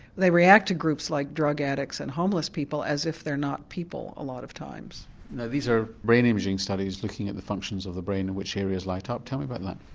they react to groups like drug addicts and homeless people as if they're not people, a lot of times. now these are brain imaging studies looking at the functions of the brain and which areas light ah up. tell me about that.